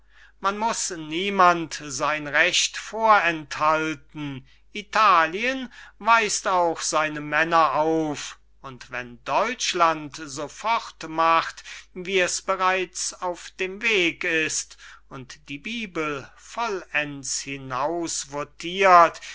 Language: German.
man muß niemand sein recht vorenthalten italien weist auch seine männer auf und wenn deutschland so fortmacht wie es bereits auf dem weg ist und die bibel vollends